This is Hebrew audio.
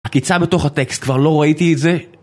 עקיצה בתוך הטקסט, כבר לא ראיתי את זה...